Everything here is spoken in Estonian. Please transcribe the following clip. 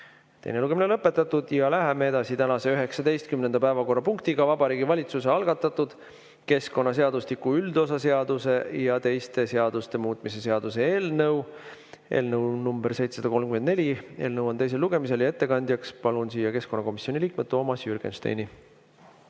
Teine lugemine on lõpetatud. Läheme edasi tänase 19. päevakorrapunktiga. Vabariigi Valitsuse algatatud keskkonnaseadustiku üldosa seaduse ja teiste seaduste muutmise seaduse eelnõu 734 on teisel lugemisel. Ettekandjaks palun siia keskkonnakomisjoni liikme Toomas Jürgensteini.